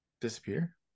disappear